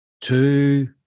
Two